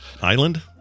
island